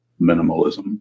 minimalism